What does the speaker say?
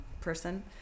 person